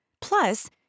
Plus